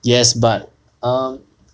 yes but um